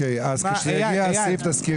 אז כשיגיע הסעיף תזכירו את זה.